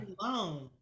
alone